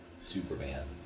Superman